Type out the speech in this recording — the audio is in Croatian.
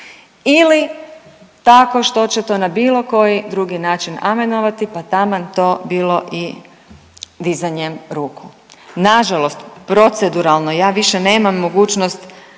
ili tako što će to na bilo koji drugi način amenovati, pa taman to bilo i dizanjem ruku. Na žalost proceduralno ja više nemam mogućnost